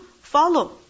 follow